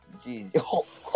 jeez